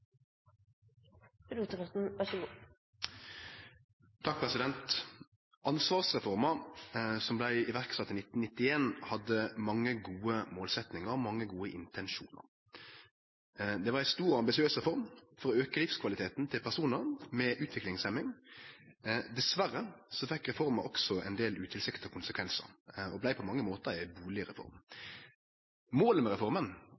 det grunnlag. Så realkompetanse er svært vesentlig. Ansvarsreforma som vart sett i verk i 1991, hadde mange gode målsettingar og mange gode intensjonar. Det var ei stor og ambisiøs reform for å auke livskvaliteten til personar med utviklingshemming. Dessverre fekk reforma også ein del utilsikta konsekvensar og vart på mange måtar ei bustadreform. Målet med reforma